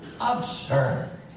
Absurd